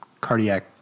Cardiac